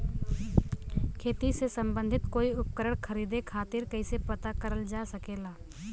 खेती से सम्बन्धित कोई उपकरण खरीदे खातीर कइसे पता करल जा सकेला?